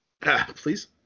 Please